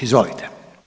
Izvolite.